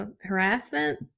Harassment